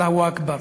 "אללהֻ אכבר".